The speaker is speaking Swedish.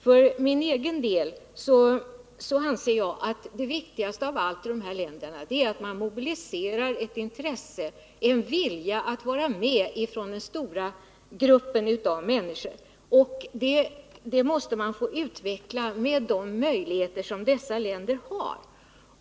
För min egen del anser jag att det viktigaste av allt i dessa länder är att man mobiliserar ett intresse, en vilja att vara med, hos den stora gruppen av människor. Detta måste man få utveckla med de möjligheter som dessa länder har.